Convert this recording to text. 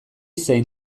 zein